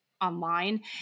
online